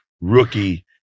rookie